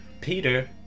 Peter